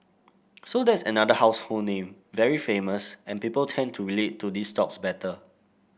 so that's another household name very famous and people tend to relate to these stocks better